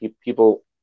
people